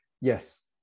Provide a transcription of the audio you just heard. yes